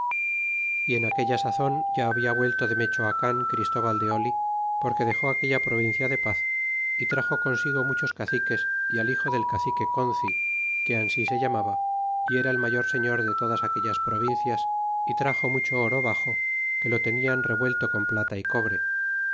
y en aquella sazon ya habla vuelto de mechoacan christóbal de oli porque dex aquella provincia de paz y traxo consigo muchos caciques y al hijo del cacique conci que ansi se llamaba y era el mayor señor de todas aquellas provincias y traxo mucho oro baxo que lo tenian revuelto con plata y cobre